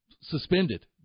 suspended